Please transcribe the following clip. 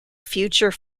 future